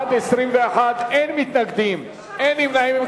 אין מתנגדים ואין נמנעים.